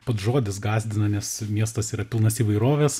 pats žodis gąsdina nes miestas yra pilnas įvairovės